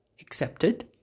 accepted